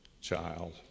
child